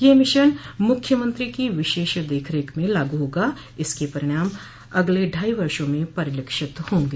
यह मिशन मुख्यमंत्री की विशेष देखरेख में लागू होगा इसके परिणाम अगले ढ़ाई वर्षो में परिलक्षित होंगे